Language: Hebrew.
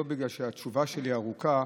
לא בגלל שהתשובה שלי ארוכה,